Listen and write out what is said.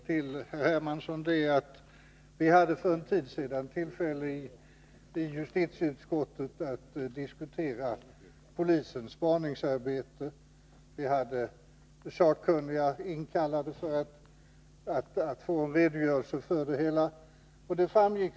Vi hade för en tid sedan tillfälle att i justitieutskottet diskutera polisens spaningsarbete. Sakkunniga var inkallade för att vi skulle få en redogörelse för det.